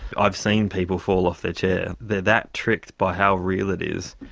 i've seen people fall off their chair, they are that tricked by how real it is.